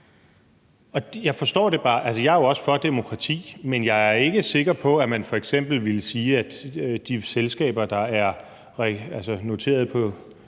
Jeg er jo også for demokrati, men jeg er ikke sikker på, at man f.eks. ville sige, at de selskaber, der er noteret på